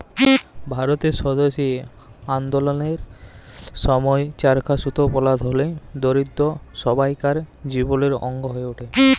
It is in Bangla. ভারতের স্বদেশী আল্দললের সময় চরখায় সুতা বলা ধলি, দরিদ্দ সব্বাইকার জীবলের অংগ হঁয়ে উঠে